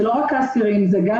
וזה לא רק האסירים אלא גם